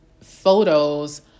photos